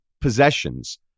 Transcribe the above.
possessions